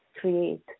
create